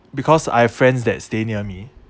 because I have friends that stay near me